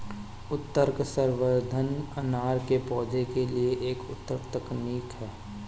ऊतक संवर्धन अनार के पौधों के लिए एक उन्नत तकनीक है